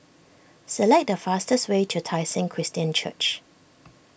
select the fastest way to Tai Seng Christian Church